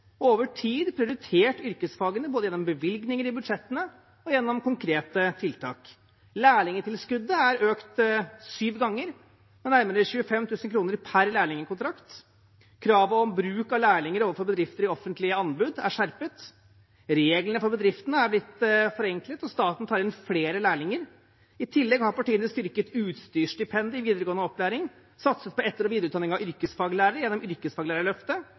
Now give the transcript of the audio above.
over tid prioritert yrkesfagene, både gjennom bevilgninger i budsjettene og gjennom konkrete tiltak. Lærlingtilskuddet er økt syv ganger, med nærmere 25 000 kr per lærlingkontrakt. Kravet om bruk av lærlinger overfor bedrifter i offentlige anbud er skjerpet. Reglene for bedriftene er blitt forenklet, og staten tar inn flere lærlinger. I tillegg har partiene styrket utstyrsstipendet i videregående opplæring, satset på etter- og videreutdanning av yrkesfaglærere gjennom yrkesfaglærerløftet,